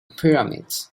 pyramids